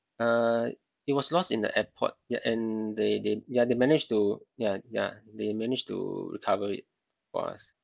uh it was lost in the airport ya and they they ya they managed to ya ya they managed to recover it for us